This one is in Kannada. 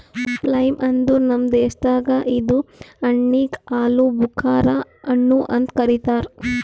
ಪ್ಲಮ್ ಅಂದುರ್ ನಮ್ ದೇಶದಾಗ್ ಇದು ಹಣ್ಣಿಗ್ ಆಲೂಬುಕರಾ ಹಣ್ಣು ಅಂತ್ ಕರಿತಾರ್